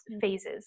phases